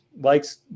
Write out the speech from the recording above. likes